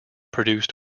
produced